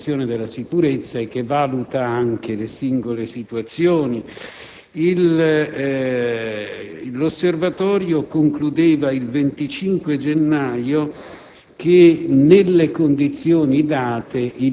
compie un monitoraggio complessivo della situazione della sicurezza e che valuta anche le singole situazioni. L'Osservatorio concludeva, il 25 gennaio,